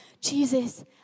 Jesus